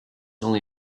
only